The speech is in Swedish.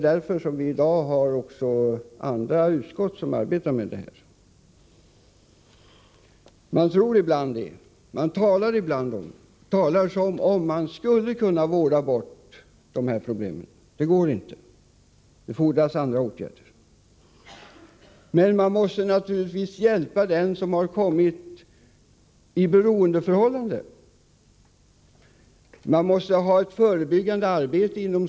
Därför arbetar i dag flera utskott med dessa problem. Man talar ibland som om man skulle kunna vårda bort dessa problem, men det går inte. Det fordras andra åtgärder. Man måste naturligtvis hjälpa dem som har hamnat i beroendeförhållanden.